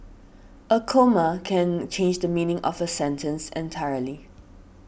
a comma can change the meaning of a sentence entirely